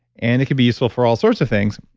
and it could be useful for all sorts of things.